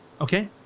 Okay